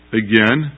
again